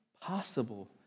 possible